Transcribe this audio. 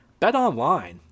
BetOnline